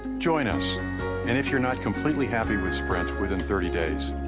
join us and if you're not completely happy with sprint within thirty days,